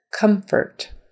Comfort